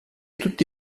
tutti